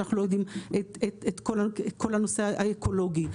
שאנחנו לא יודעים את כל הנושא האקולוגי.